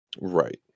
right